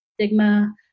stigma